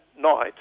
night